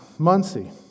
Muncie